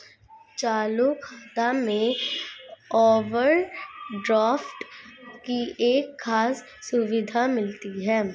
चालू खाता में ओवरड्राफ्ट की एक खास सुविधा मिलती है